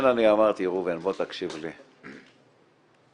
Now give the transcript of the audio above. ראובן, לכן אני אמרתי, בוא תקשיב לי, אני